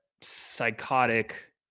psychotic